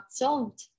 solved